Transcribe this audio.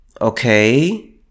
Okay